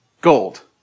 gold